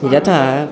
यथा